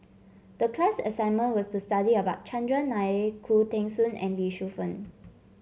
the class assignment was to study about Chandran Nair Khoo Teng Soon and Lee Shu Fen